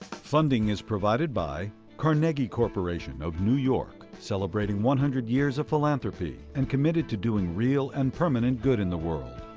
funding is provided by carnegie corporation of new york, celebrating one hundred years of philanthropy, and committed to doing real and permanent good in the world.